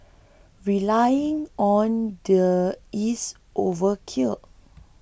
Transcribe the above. relying on the is overkill